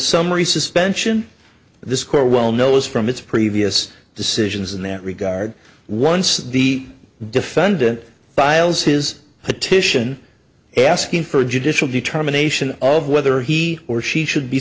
summary suspension the score well knows from its previous decisions in that regard once the defendant biles his petition asking for a judicial determination of whether he or she should be